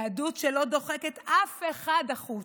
יהדות שלא דוחקת אף אחד החוצה.